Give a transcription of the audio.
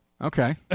Okay